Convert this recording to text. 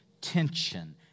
tension